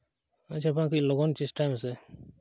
ᱟᱪᱪᱷᱟ ᱢᱟ ᱠᱟᱹᱡ ᱞᱚᱜᱚᱱ ᱪᱮᱥᱴᱟᱭ ᱢᱮᱥᱮ